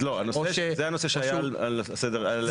לא זה הנושא שהיה על שולחנו.